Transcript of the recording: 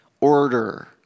order